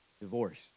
divorce